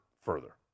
further